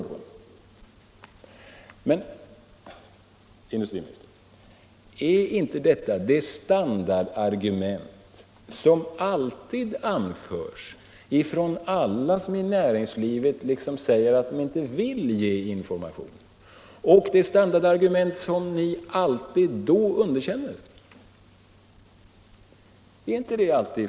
Men är inte detta de standardargument som alltid anförs när man inom näringslivet inte vill lämna information, argument som ni då alltid underkänner?